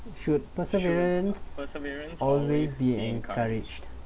you should perseverance always be encouraged